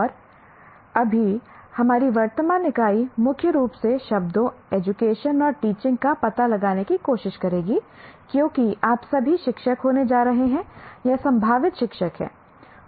और अभी हमारी वर्तमान इकाई मुख्य रूप से शब्दों एजुकेशन और टीचिंग का पता लगाने की कोशिश करेगी क्योंकि आप सभी शिक्षक होने जा रहे हैं या संभावित शिक्षक हैं